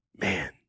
man